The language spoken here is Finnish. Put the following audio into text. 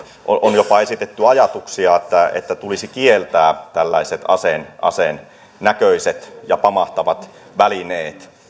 on jopa esitetty ajatuksia että tulisi kieltää tällaiset aseen aseen näköiset ja pamahtavat välineet